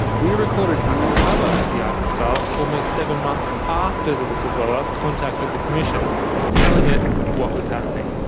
we recorded undercover at the ibis styles almost seven months after the whistleblower contacted the commission telling it what was happening.